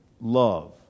love